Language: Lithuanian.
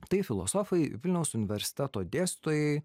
tai filosofai vilniaus universiteto dėstytojai